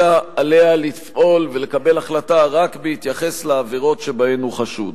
אלא עליה לפעול ולקבל החלטה רק בהתייחס לעבירות שבהן הוא חשוד.